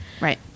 Right